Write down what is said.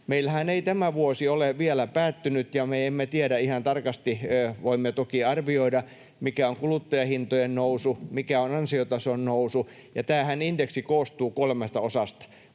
Meillähän ei tämä vuosi ole vielä päättynyt, ja me emme tiedä ihan tarkasti. Voimme toki arvioida, mikä on kuluttajahintojen nousu, mikä on ansiotason nousu. Tämä indeksihän koostuu kolmesta osasta: